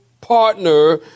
partner